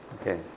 Okay